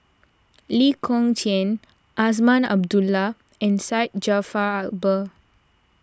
Lee Kong Chian Azman Abdullah and Syed Jaafar Albar